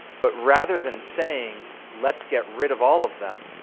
but rather than saying let's get rid of all of them,